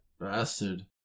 Bastard